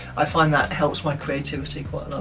i find that helps my creativity quite